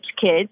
kids